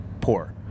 poor